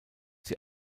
sie